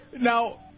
Now